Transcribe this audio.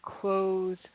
close